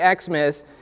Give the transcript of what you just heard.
Xmas